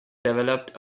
developed